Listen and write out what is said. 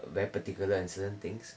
very particular in certain things